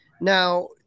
Now